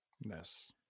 Yes